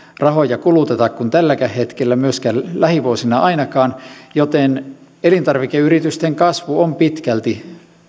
rahoja kuluteta kuin tälläkään hetkellä lähivuosina ainakaan joten elintarvikeyritysten kasvu on pitkälti